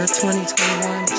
2021